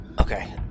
Okay